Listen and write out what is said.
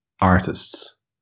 artists